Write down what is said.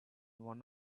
one